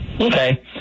Okay